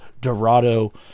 Dorado